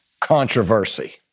controversy